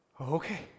Okay